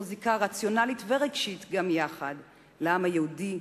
זיקה רציונלית ורגשית גם יחד לעם היהודי,